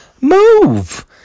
move